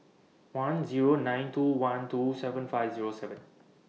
one Zero nine two one two seven five Zero seven